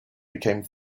became